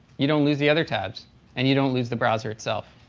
you don't lose the other tabs and you don't lose the browser itself.